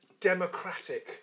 democratic